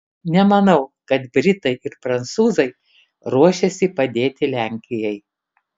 nemanau kad britai ir prancūzai ruošiasi padėti lenkijai